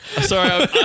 sorry